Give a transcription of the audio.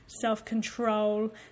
self-control